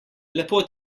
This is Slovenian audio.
lepo